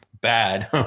bad